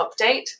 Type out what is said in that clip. update